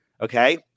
okay